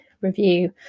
review